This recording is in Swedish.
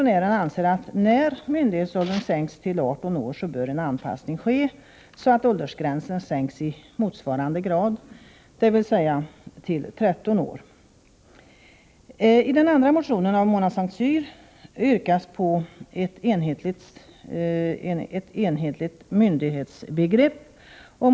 När nu myndighetsåldern sänkts till 18 år bör en anpassning ske och åldersgränsen för underårigs rättigheter sänkas i motsvarande grad, dvs. till 13 år, anser motionären. I den andra motionen — av Mona Saint Cyr — yrkas på ett enhetligt myndighetsbegrepp.